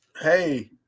Hey